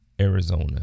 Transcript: Arizona